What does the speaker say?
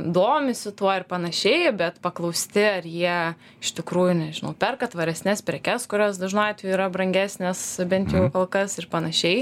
domisi tuo ir panašiai bet paklausti ar jie iš tikrųjų nežinau perka tvaresnes prekes kurios dažnu atveju yra brangesnės bent jau kol kas ir panašiai